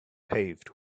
paved